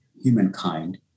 humankind